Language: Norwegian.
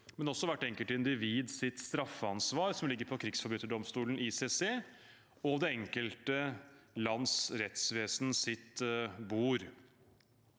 men også hvert enkelt individs straffansvar, som ligger på krigsforbryterdomstolens, ICCs, og det enkelte lands rettsvesens bord.